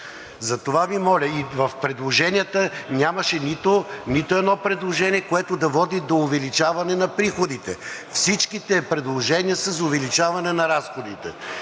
държавния бюджет. И в предложенията нямаше нито едно, което да води до увеличаване на приходите. Всичките предложения са за увеличаване на разходите.